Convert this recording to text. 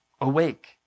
awake